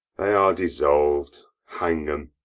they are dissolved hang em!